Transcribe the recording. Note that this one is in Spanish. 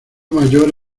mayor